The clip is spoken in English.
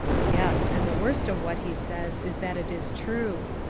yes, and the worst of what he says is that it is true.